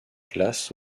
glaces